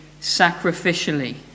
sacrificially